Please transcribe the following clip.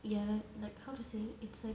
ya li~ like how to say it's like